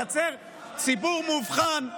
נייצר ציבור מובחן,